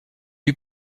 eut